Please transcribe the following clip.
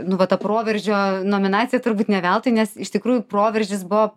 nu va ta proveržio nominacija turbūt ne veltui nes iš tikrųjų proveržis buvo